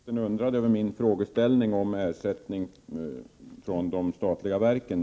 Herr talman! Justitieministern undrade över min fråga när det gäller ersättning från de statliga verken.